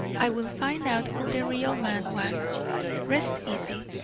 i will find out who the real man was rest easy.